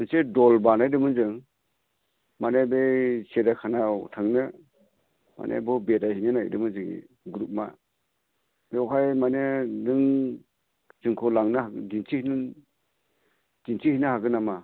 इसे दल बानायदोंमोन जों माने बै सिरियाखानायाव थांनो माने बेयाव बेरायहैनो नागिरदोंमोन जोंङो ग्रुबआ बेवहाय माने नों जोंखौ लांना दिन्थिहैनो हागोन नामा